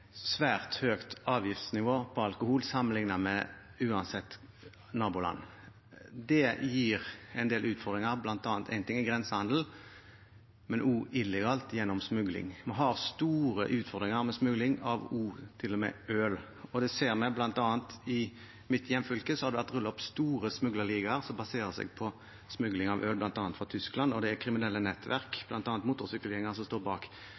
svært høyt avgiftsnivå på alkohol sammenliknet med hvilket som helst naboland. Det gir en del utfordringer – én ting er grensehandel, men også illegalt gjennom smugling. Vi har store utfordringer med smugling, til og med av øl. Det ser vi bl.a. i mitt hjemfylke, der det har vært rullet opp store smuglerligaer som baserer seg på smugling av øl, bl.a. fra Tyskland. Det er kriminelle nettverk, bl.a. motorsykkelgjenger, som står bak.